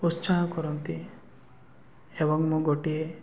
ଉତ୍ସାହ କରନ୍ତି ଏବଂ ମୁଁ ଗୋଟିଏ